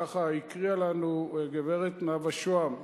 כך הקריאה לנו הגברת נאוה שוהם,